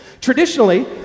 Traditionally